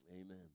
Amen